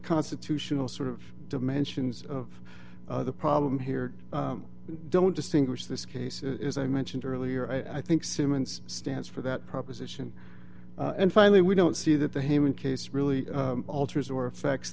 constitutional sort of dimensions of the problem here don't distinguish this case as i mentioned earlier i think simmons stands for that proposition and finally we don't see that the human case really alters or affects